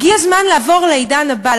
הגיע הזמן לעבור לעידן הבא,